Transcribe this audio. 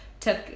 took